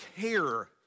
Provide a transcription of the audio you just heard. care